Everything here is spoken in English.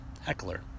heckler